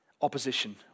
opposition